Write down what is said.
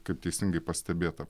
kaip teisingai pastebėta